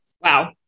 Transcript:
Wow